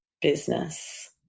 business